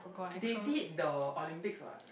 they did the Olympics what